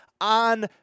on